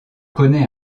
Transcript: connaît